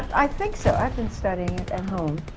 i think so. i've been studying it at home.